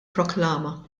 proklama